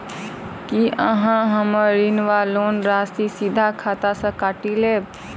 की अहाँ हम्मर ऋण वा लोन राशि सीधा खाता सँ काटि लेबऽ?